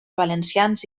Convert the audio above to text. valencians